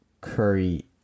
Curry